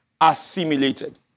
assimilated